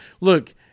look